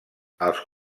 els